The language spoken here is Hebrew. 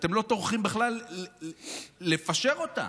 שאתם לא טורחים בכלל לפשר אותה.